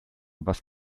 was